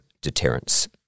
deterrence